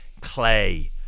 clay